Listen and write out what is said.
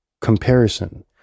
comparison